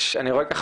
חשוב לנו לשמוע